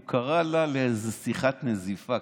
הוא קרא לה לאיזו שיחת נזיפה,